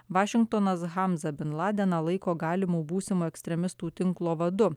vašingtonas hamzą bin ladeną laiko galimu būsimu ekstremistų tinklo vadu